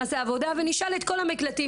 נעשה עבודה ונשאל את כל המקלטים,